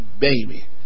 baby